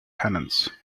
penance